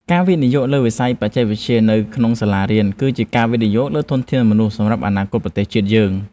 ការវិនិយោគលើវិស័យបច្ចេកវិទ្យានៅក្នុងសាលារៀន គឺជាការវិនិយោគលើធនធានមនុស្សសម្រាប់អនាគតប្រទេសជាតិយើង។